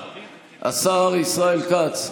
כץ,